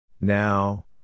Now